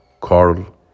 Carl